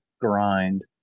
grind